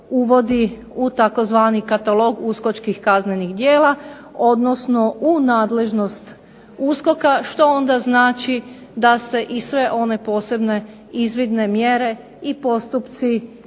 uvodi u tzv. katalog uskočkih kaznenih djela, odnosno u nadležnost USKOK-a što onda znači da se i sve one posebne izvidne mjere i postupci i